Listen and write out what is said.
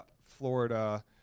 Florida